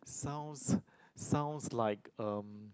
sounds sounds like um